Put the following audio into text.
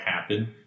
happen